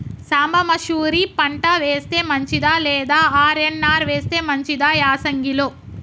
సాంబ మషూరి పంట వేస్తే మంచిదా లేదా ఆర్.ఎన్.ఆర్ వేస్తే మంచిదా యాసంగి లో?